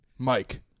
Mike